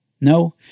No